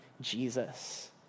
Jesus